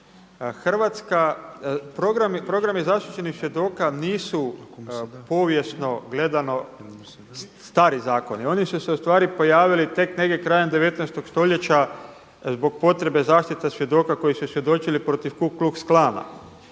Hrvatska, programi zaštićenih svjedoka nisu povijesno gledano stari zakoni, oni su se ustvari pojavili tek negdje krajem 19. stoljeća zbog potrebe zaštite svjedoka koji su svjedočili protiv Ku Klux Klan.